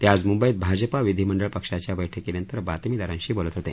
ते आज मुंबईत भाजपा विधीमंडळ पक्षाच्या बैठकीनंतर बातमीदारांशी बोलत होते